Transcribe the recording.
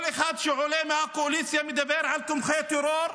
כל אחד מהקואליציה שעולה, מדבר על תומכי טרור,